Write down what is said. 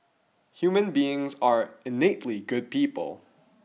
human beings are innately good people